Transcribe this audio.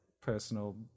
personal